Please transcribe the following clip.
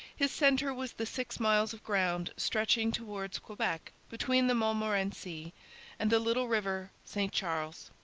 his centre was the six miles of ground stretching towards quebec between the montmorency and the little river st charles.